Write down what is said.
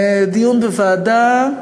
דיון בוועדה.